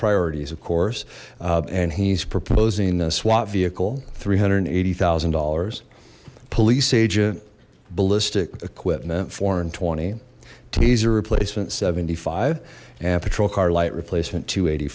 priorities of course and he's proposing a swat vehicle three hundred and eighty thousand dollars police agent ballistic equipment foreign twenty teaser replacement seventy five and patrol car light replacement to eighty